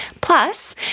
Plus